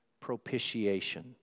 propitiation